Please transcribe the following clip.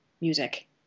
music